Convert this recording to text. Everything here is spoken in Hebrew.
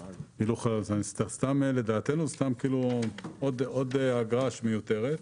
לדעתנו זה עוד אגרה מיותרת.